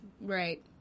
Right